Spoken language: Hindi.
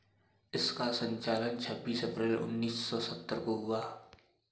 इसका संचालन छब्बीस अप्रैल उन्नीस सौ सत्तर को शुरू हुआ